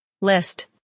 List